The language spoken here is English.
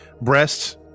breasts